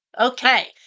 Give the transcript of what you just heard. Okay